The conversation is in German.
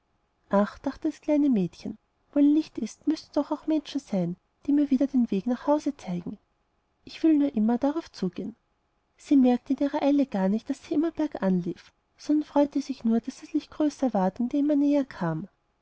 ach dachte das kleine mädchen wo ein licht ist müssen doch auch menschen sein die mir wieder den weg nach hause zeigen ich will nur immer darauf zugehen sie merkte in ihrer eile gar nicht wie sie immer bergan lief sondern freute sich nur daß das licht größer ward und ihr immer näher kam